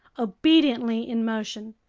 obediently in motion,